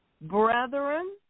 Brethren